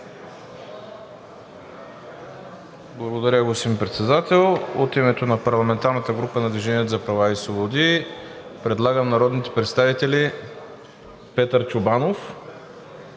Благодаря, господин Председател. От името на парламентарната група на „Движение за права и свободи“ предлагам народните представители Петър Чобанов